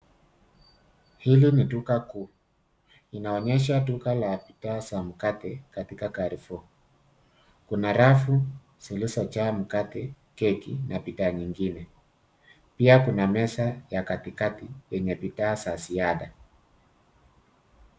Hili ni duka kuu, inaonyesha duka la bidhaa za mkate katika Carrefour , kuna rafu zilizojaa mkate keki na bidhaa nyingine, pia kuna meza ya katikati yenye bidhaa za ziada.